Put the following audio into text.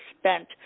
spent